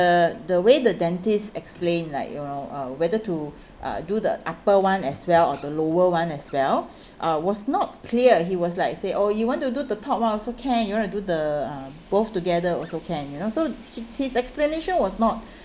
the the way the dentist explained like you know uh whether to uh do the upper one as well or the lower one as well uh was not clear he was like say oh you want to do the top one also can you want to do the uh both together also can you know so his his explanation was not